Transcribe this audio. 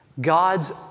God's